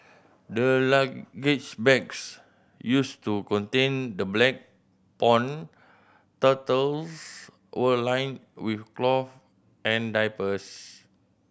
the luggage bags used to contain the black pond turtles were lined with cloth and diapers